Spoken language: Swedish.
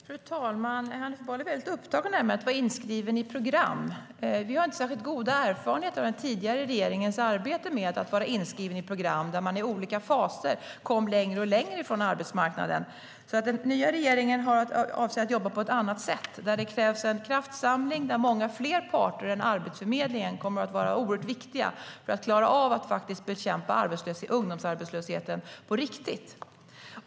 Fru talman! Hanif Bali är väldigt upptagen med att vara inskriven i program. Vi har inte särskilt goda erfarenheter av den tidigare regeringens arbete med att vara inskriven i program, där människor i olika faser kom längre och längre från arbetsmarknaden. Den nya regeringen avser att jobba på ett annat sätt. Det krävs en kraftsamling där många fler parter än Arbetsförmedlingen kommer att vara oerhört viktiga för att klara av att bekämpa ungdomsarbetslösheten på riktigt.